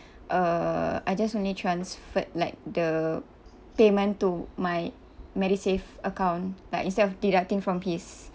uh I just only transferred like the payment to my MediSave account like instead of deducting from his